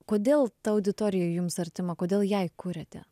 kodėl ta auditorija jums artima kodėl jai kuriate